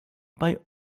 bei